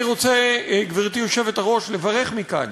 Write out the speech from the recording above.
אני רוצה, גברתי היושבת-ראש, לברך מכאן